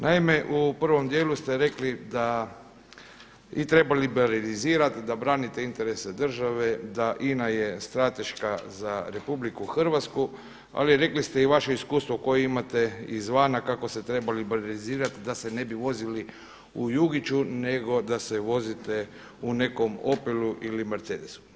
Naime, u prvom dijelu ste rekli da i treba liberalizirati, da branite interese države, da INA je strateška za RH, ali rekli ste i vaše iskustvo koje imate izvana, kako se treba liberalizirati, da se ne bi vozili u jugiću nego da se vozite u nekom Opelu ili Mercedesu.